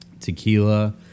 tequila